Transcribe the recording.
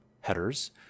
headers